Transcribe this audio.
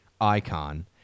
Icon